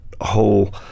whole